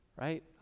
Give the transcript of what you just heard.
Right